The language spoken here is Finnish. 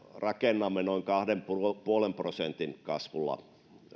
rakennamme noin kahden pilkku viiden prosentin kasvulla